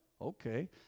Okay